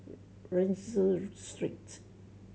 Rienzi Street